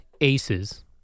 Aces